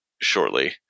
shortly